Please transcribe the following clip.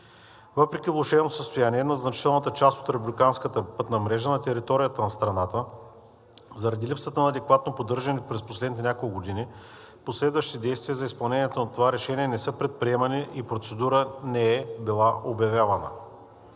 Въпреки влошеното състояние на значителна част от републиканската пътна мрежа на територията на страната заради липсата на адекватно поддържане през последните няколко години последващи действия за изпълнението на това решение не са предприемани и процедура не е била обявявана.